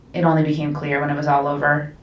it only became clear when it was all over.